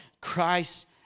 Christ